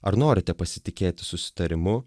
ar norite pasitikėti susitarimu